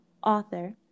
author